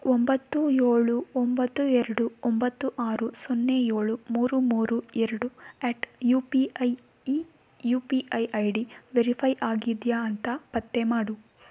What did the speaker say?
ಒಂಬತ್ತು ಏಳು ಒಂಬತ್ತು ಎರಡು ಒಂಬತ್ತು ಆರು ಸೊನ್ನೆ ಏಳು ಮೂರು ಮೂರು ಎರಡು ಎಟ್ ಯು ಪಿ ಐ ಈ U P I I D verify ಆಗಿದೆಯೇ ಅಂತ ಪತ್ತೆ ಮಾಡು